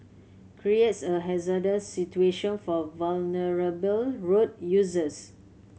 creates a hazardous situation for vulnerable road users